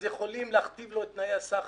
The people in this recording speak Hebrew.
אז הם יכולים להכתיב לו את תנאי הסחר.